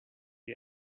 you